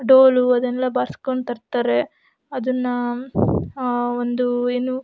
ಡೋಲು ಅದನ್ನೆಲ್ಲ ಬಾರ್ಸ್ಕೊಂಡು ತರ್ತಾರೆ ಅದನ್ನು ಒಂದು ಏನು